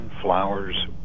flowers